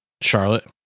Charlotte